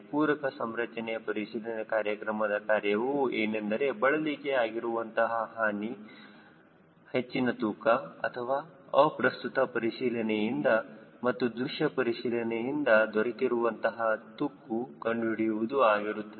ಪೂರಕ ಸಂರಚನೆ ಪರಿಶೀಲನೆ ಕಾರ್ಯಕ್ರಮದ ಕಾರ್ಯವು ಏನೆಂದರೆ ಬಳಲಿಕೆಯಿಂದ ಆಗಿರುವಂತಹ ಹಾನಿ ಹೆಚ್ಚಿನ ತೂಕ ಅಥವಾ ಅಪ್ರಸ್ತುತ ಪರಿಶೀಲನೆಯಿಂದ ಮತ್ತು ದೃಶ್ಯ ಪರಿಶೀಲನೆಯಿಂದ ದೊರಕಿರುವ ಅಂತಹ ತುಕ್ಕು ಕಂಡುಹಿಡಿಯುವುದು ಆಗಿರುತ್ತದೆ